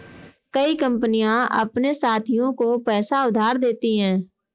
कई कंपनियां अपने साथियों को पैसा उधार देती हैं